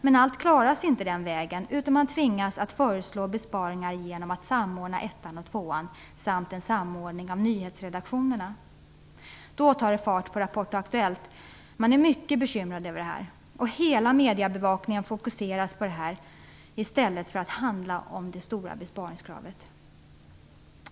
Men allt klaras inte den vägen, utan man tvingas att föreslå besparingar genom att samordna Kanal 1 och TV2 samt genom att samordna nyhetsredaktionerna. Då tar det fart på Rapport och Aktuellt. Man är mycket bekymrad. Hela mediebevakningen fokuseras på detta i stället för på det stora besparingskravet.